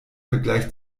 vergleich